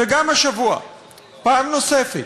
וגם השבוע פעם נוספת,